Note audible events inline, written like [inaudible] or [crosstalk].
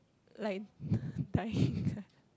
like [breath] dying kind